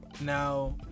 now